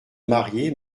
marier